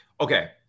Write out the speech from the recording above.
Okay